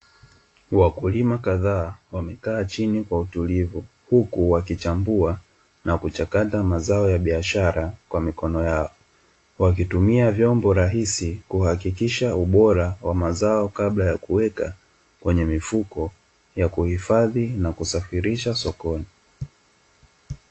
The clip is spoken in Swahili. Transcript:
Wakulima kadhaa wamekaa chini kwa utulivu huku wakichambua na kuchakata mazao ya biashara kwa mikono yao, wakitumia vyombo rahisi kuhakikisha ubora wa mazao kabla ya kuweka kwenye mifuko ya kuhifadhi na kusafirisha sokoni.